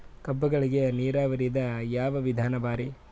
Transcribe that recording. ಕಬ್ಬುಗಳಿಗಿ ನೀರಾವರಿದ ಯಾವ ವಿಧಾನ ಭಾರಿ?